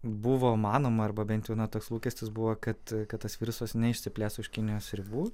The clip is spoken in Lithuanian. buvo manoma arba bent jau na toks lūkestis buvo kad kad tas virusas neišsiplės už kinijos ribų